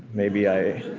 maybe i